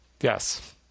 Yes